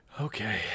Okay